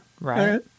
Right